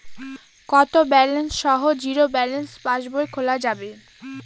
কত ব্যালেন্স সহ zero balance পাসবই খোলা যাবে?